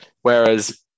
Whereas